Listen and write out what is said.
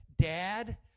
Dad